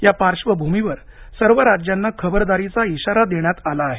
या पार्श्वभूमीवर सर्व राज्यांना खबरदारीचा इशारा देण्यात आला आहे